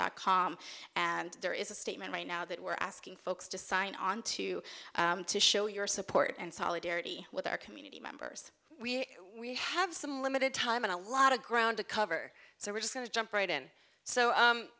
dot com and there is a statement right now that we're asking folks to sign on to to show your support and solidarity with our community members we have some limited time and a lot of ground to cover so we're just going to jump right in so